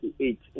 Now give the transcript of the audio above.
eight